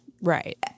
right